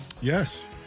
Yes